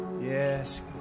yes